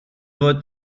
fod